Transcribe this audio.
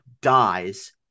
dies